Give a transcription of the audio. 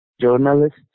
journalists